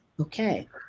Okay